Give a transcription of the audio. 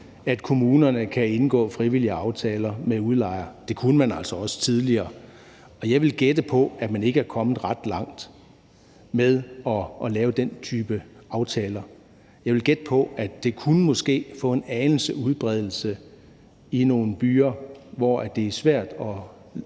at kommunerne kan indgå frivillige aftaler med udlejere. Det kunne man altså også tidligere. Og jeg vil gætte på, at man ikke er kommet ret langt med at lave den type aftaler. Jeg vil gætte på, at det måske kunne få en anelse udbredelse i nogle byer, hvor det er svært at